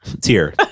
Tear